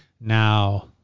Now